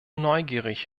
neugierig